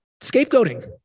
Scapegoating